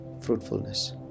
fruitfulness